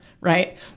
right